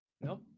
No